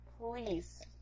please